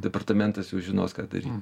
departamentas jau žinos ką daryt